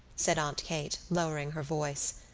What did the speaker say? said aunt kate, lowering her voice.